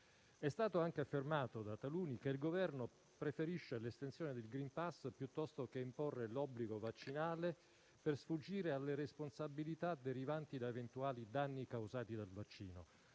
È stato anche affermato da taluni che il Governo preferisce l'estensione del *green pass* piuttosto che imporre l'obbligo vaccinale per sfuggire alle responsabilità derivanti da eventuali danni causati dal vaccino;